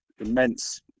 immense